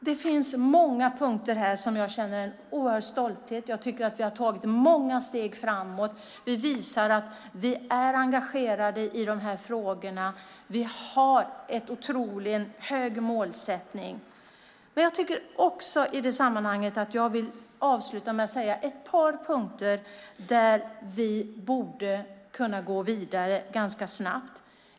Det finns många punkter som jag känner en oerhörd stolthet över. Jag tycker att vi har tagit många steg framåt. Vi visar att vi är engagerade i de här frågorna. Vi har en otroligt hög målsättning. I det sammanhanget vill jag ta upp ett par punkter där vi borde kunna gå vidare ganska snabbt.